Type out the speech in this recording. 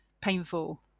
painful